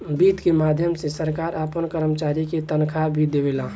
वित्त के माध्यम से सरकार आपना कर्मचारी के तनखाह भी देवेला